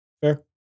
Fair